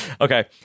Okay